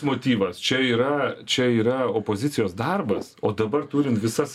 motyvas čia yra čia yra opozicijos darbas o dabar turint visas